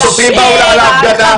השוטרים באו להפגנה,